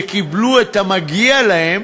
שקיבלו את המגיע להם